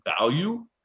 value